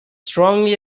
strongly